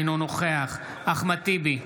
אינו נוכח אחמד טיבי,